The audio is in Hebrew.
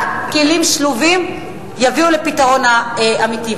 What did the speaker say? רק כלים שלובים יביאו לפתרון האמיתי.